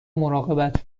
مراقبت